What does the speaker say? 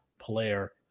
player